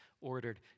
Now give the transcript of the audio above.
ordered